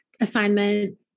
assignment